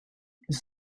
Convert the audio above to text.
this